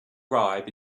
arrive